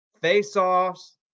face-offs